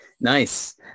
Nice